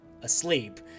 asleep